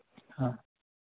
ꯑꯥ